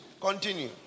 Continue